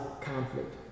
conflict